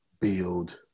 build